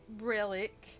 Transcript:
relic